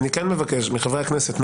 מחברי הכנסת,